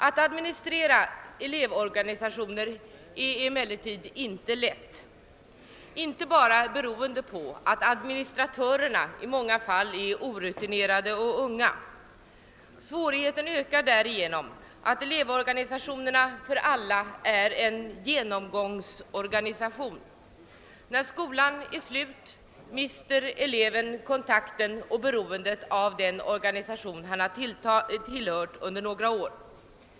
Att administrera elevorganisationer är emellertid inte lätt, inte bara beroende på att administratörerna i många fall är orutinerade och unga. Svårigheten ökar därigenom att elevorganisationerna för alla är genomgångsorganisationer. När skolan är slut mister eleven kontakten med och beroendet av den organisation han har tillhört under några år.